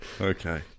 Okay